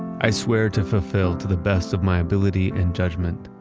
i swear to fulfill to the best of my ability and judgment,